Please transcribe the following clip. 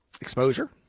exposure